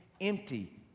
empty